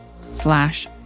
slash